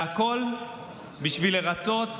והכול בשביל לרצות